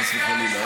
חס וחלילה.